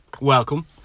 welcome